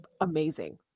amazing